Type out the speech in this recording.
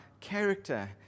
character